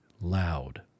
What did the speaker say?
Loud